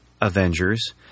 Avengers